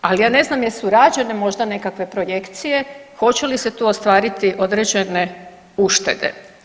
Ali, ja ne znam jesu li rađene možda nekakve projekcije hoće li se tu ostvariti određene uštede.